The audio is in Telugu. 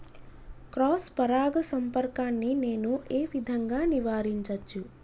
క్రాస్ పరాగ సంపర్కాన్ని నేను ఏ విధంగా నివారించచ్చు?